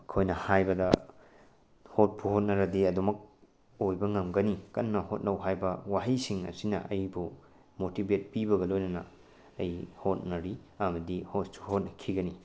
ꯃꯈꯣꯏꯅ ꯍꯥꯏꯕꯗ ꯍꯣꯠꯄꯨ ꯍꯣꯠꯅꯔꯗꯤ ꯑꯗꯨꯃꯛ ꯑꯣꯏꯕ ꯉꯝꯒꯅꯤ ꯀꯟꯅ ꯍꯣꯠꯅꯧ ꯍꯥꯎꯕ ꯋꯥꯍꯩꯁꯤꯡ ꯑꯁꯤꯅ ꯑꯩꯕꯨ ꯃꯣꯇꯤꯚꯦꯠ ꯄꯤꯕꯒ ꯂꯣꯏꯅꯅ ꯑꯩ ꯍꯣꯠꯅꯔꯤ ꯑꯃꯗꯤ ꯍꯣꯠꯁꯨ ꯍꯣꯠꯅꯈꯤꯒꯅꯤ